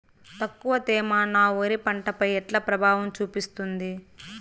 తక్కువ తేమ నా వరి పంట పై ఎట్లా ప్రభావం చూపిస్తుంది?